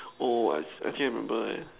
oh I see actually I remember eh